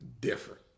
Different